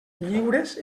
lliures